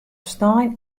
snein